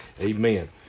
Amen